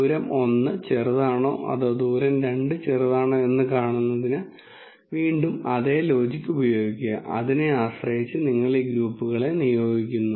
ദൂരം 1 ചെറുതാണോ അതോ ദൂരം 2 ചെറുതാണോ എന്ന് കാണുന്നതിന് വീണ്ടും അതേ ലോജിക്ക് ഉപയോഗിക്കുക അതിനെ ആശ്രയിച്ച് നിങ്ങൾ ഈ ഗ്രൂപ്പുകളെ നിയോഗിക്കുന്നു